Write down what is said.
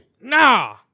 Nah